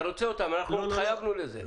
אנחנו התחייבנו לזה.